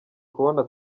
kubona